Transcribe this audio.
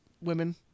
women